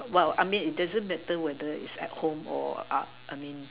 well I mean it doesn't matter whether it's at home or I I mean